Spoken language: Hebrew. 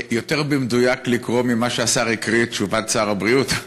לקרוא יותר במדויק ממה שהשר הקריא את תשובת שר הבריאות?